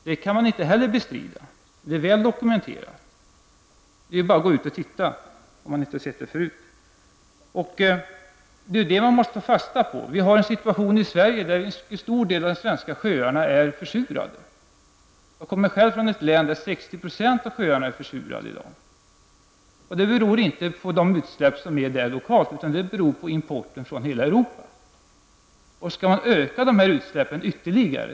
Det kan man inte heller bestrida, eftersom det är väl dokumenterat. Det är bara att gå ut och se sig omkring om man inte har sett det förut. Detta är vad man måste ta fasta på. I Sverige är en stor del av sjöarna försurade. Jag kommer själv från ett län där 60 % av sjöarna i dag är försurade, och detta beror inte på de lokala utsläppen, utan det beror på importen från hela Europa. Jag betackar mig därför för att dessa utsläpp skall ökas ytterligare.